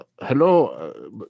hello